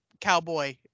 cowboy